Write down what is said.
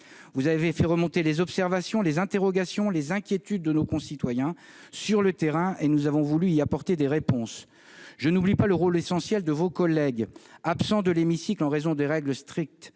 vous avez fait remonter les observations, les interrogations, les inquiétudes de nos concitoyens sur le terrain, et nous avons voulu y apporter des réponses. Je n'oublie pas le rôle essentiel de vos collègues, absents de l'hémicycle en raison des règles strictes